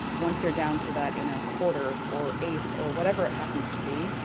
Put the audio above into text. once you're down to that, you know, quarter or eighth or whatever it happens to be,